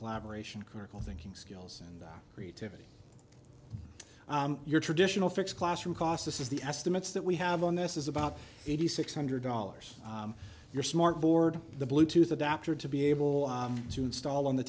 collaboration critical thinking skills and creativity your traditional fixed classroom cost this is the estimates that we have on this is about eighty six hundred dollars your smart board the bluetooth adapter to be able to install on the